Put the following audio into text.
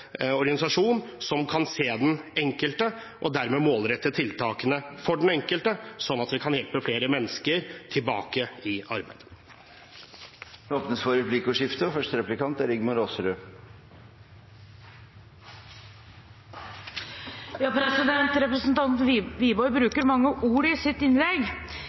organisasjon som kan se den enkelte og dermed målrette tiltakene for den enkelte, sånn at vi kan hjelpe flere mennesker tilbake i arbeid. Det blir replikkordskifte. Representanten Wiborg bruker mange ord i sitt innlegg. Jeg vil be representanten Wiborg redegjøre for hvilke konkrete forslag i